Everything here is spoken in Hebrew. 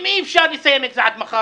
אם אי-אפשר לסיים את זה עד מחר,